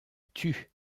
tue